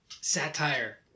satire